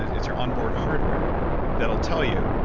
it's your onboard hardware that will tell you.